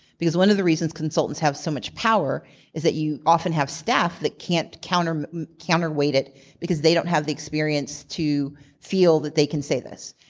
because one of the reasons consultants have so much power is that you often have staff that can't counter counter weight it because they don't have the experience to feel that they can say this.